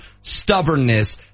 stubbornness